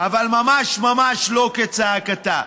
אבל ממש ממש לא כצעקתה.